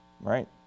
right